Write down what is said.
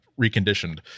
reconditioned